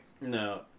No